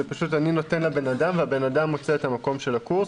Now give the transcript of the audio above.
זה פשוט אני נותן לבנאדם והוא מוצא את המקום של הקורס,